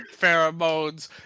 Pheromones